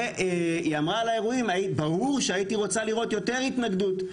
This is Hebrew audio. היא אמרה על האירועים "ברור שהייתי רוצה לראות יותר התנגדות,